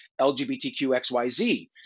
LGBTQXYZ